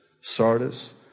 Sardis